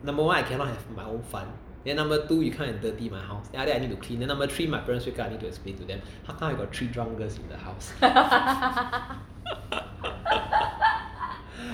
number one I cannot have my own fun then number two you come and dirty my house then after that I need to clean then number three my parents wake up I need to explain to them how come I got three drunk girls in the house